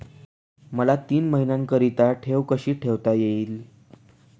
मला तीन महिन्याकरिता ठेव कशी ठेवता येईल?